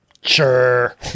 Sure